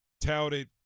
touted